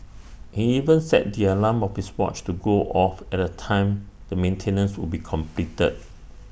he even set the alarm of his watch to go off at the time the maintenance would be completed